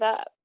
up